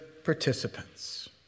participants